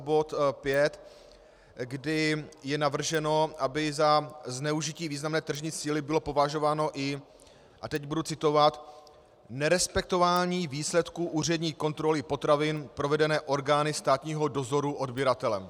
Jedná se o bod 5, kdy je navrženo, aby za zneužití významné tržní síly bylo považováno i a teď budu citovat nerespektování výsledků úřední kontroly potravin provedené orgány státního dozoru odběratelem.